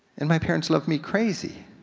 and my parents love me crazy.